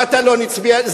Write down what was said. מטלון הצביע,?